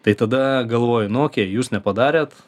tai tada galvoju nu okei jūs nepadarėt